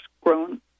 grown